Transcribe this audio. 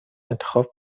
انتخاب